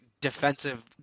defensive